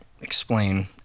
explain